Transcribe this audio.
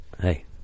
Hey